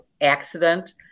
accident